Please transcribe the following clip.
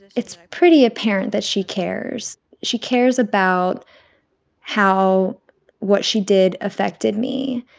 it's pretty apparent that she cares. she cares about how what she did affected me.